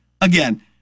again